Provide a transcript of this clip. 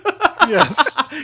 Yes